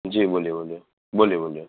જી બોલીએ બોલીએ બોલીએ બોલીએ